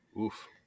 oof